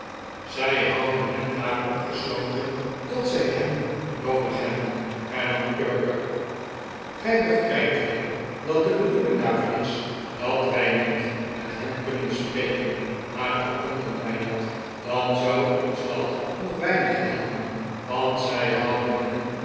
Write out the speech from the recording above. zij houden hen daar opgesloten tot zij hen noodig hebben hernam perker gij begrijpt wel dat de bedoeling daarvan is dat wij niet met hen kunnen sprekenj maar al konden wij dat dan zou ons dat nog weinig helpen want zij houden hen